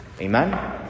Amen